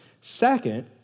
Second